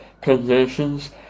conditions